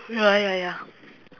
ya ya ya